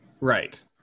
Right